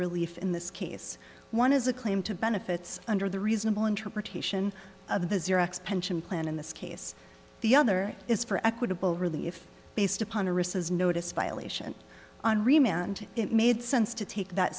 relief in this case one is a claim to benefits under the reasonable interpretation of the xerox pension plan in this case the other is for equitable really if based upon a risk is notice violation on remand it made sense to take that